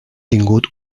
tingut